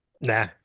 Nah